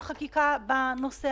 ספורות מהרגע שפתחנו היינו עם 500 בקשות,